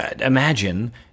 imagine